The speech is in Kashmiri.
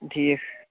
ٹھیٖک چھُ